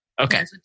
Okay